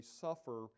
suffer